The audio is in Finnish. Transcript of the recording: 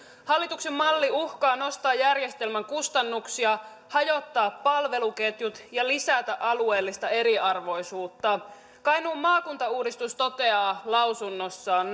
hallituksen malli uhkaa nostaa järjestelmän kustannuksia hajottaa palveluketjut ja lisätä alueellista eriarvoisuutta kainuun maakuntauudistus toteaa lausunnossaan